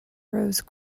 rose